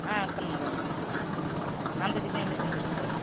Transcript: ஆ பண்ணுங்கள் பண்ணுங்கள் அந்த டிசைன்லேயே செஞ்சு கொடுத்துட்றோம்